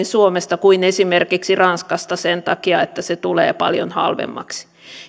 suomesta kuin esimerkiksi ranskasta sen takia että se tulee paljon halvemmaksi